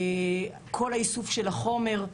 וגם כל האיסוף של החומר,